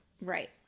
Right